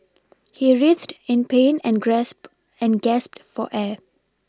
he writhed in pain and grasp and gasped for air